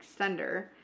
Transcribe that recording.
extender